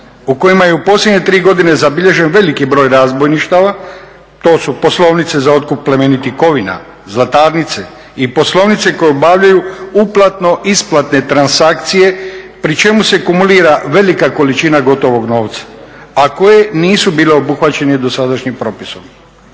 u kojima je u posljednje tri godine zabilježen veliki broj razbojništava. To su poslovnice za otkup plemenitih kovina, zlatarnice i poslovnice koje obavljaju uplatno isplatne transakcije pri čemu se kumulira velika količina gotovog novca, a koje nisu bile obuhvaćene dosadašnjim propisom.